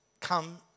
come